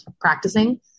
practicing